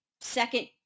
second